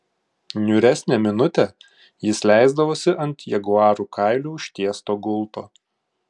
niūresnę minutę jis leisdavosi ant jaguarų kailiu užtiesto gulto